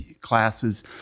classes